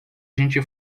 gente